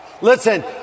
Listen